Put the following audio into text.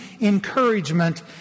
encouragement